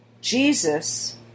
Jesus